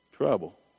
trouble